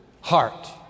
heart